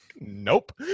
Nope